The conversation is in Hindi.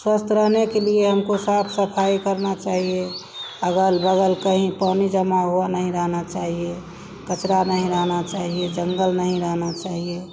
स्वस्थ रहने के लिए हमको साफ़ सफ़ाई करनी चाहिए अगल बगल कहीं पानी जमा हुआ नहीं रहना चाहिए क़चरा नहीं रहना चाहिए जंगल नहीं रहना चाहिए